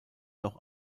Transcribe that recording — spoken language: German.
noch